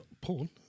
Porn